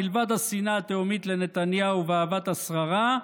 מלבד השנאה התהומית לנתניהו ואהבת השררה,